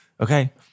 Okay